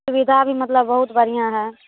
सुविधा भी मतलब बहुत बढ़िया है